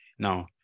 Now